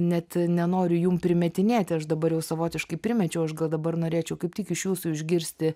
net nenoriu jum primetinėti aš dabar jau savotiškai primečiau aš gal dabar norėčiau kaip tik iš jūsų išgirsti